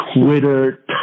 Twitter